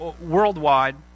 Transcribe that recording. worldwide